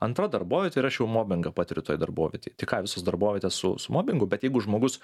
antra darbovietė ir aš jau mobingą patiriu toj darbovietėj tai ką visos darbovietės su su mobingu bet jeigu žmogus